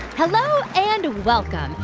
hello and welcome.